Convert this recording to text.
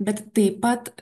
bet taip pat